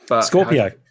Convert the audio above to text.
Scorpio